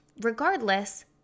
regardless